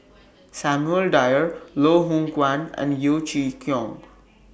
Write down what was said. Samuel Dyer Loh Hoong Kwan and Yeo Chee Kiong